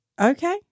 Okay